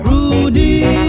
Rudy